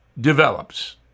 develops